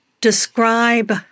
describe